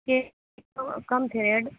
cake کے تو کم تھے ریٹ